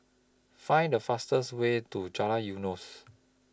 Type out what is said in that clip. Find The fastest Way to Jalan Eunos